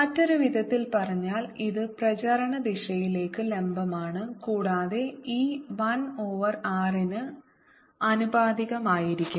മറ്റൊരു വിധത്തിൽ പറഞ്ഞാൽ ഇത് പ്രചാരണ ദിശയിലേക്ക് ലംബമാണ് കൂടാതെ e 1 ഓവർ r ന് ആനുപാതികമായിരിക്കും